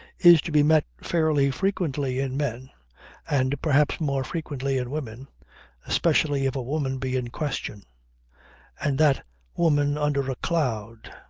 is to be met fairly frequently in men and perhaps more frequently in women especially if a woman be in question and that woman under a cloud,